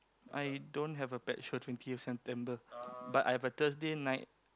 I don't have a pet show twentieth September but I have a Thursday night